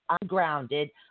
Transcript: ungrounded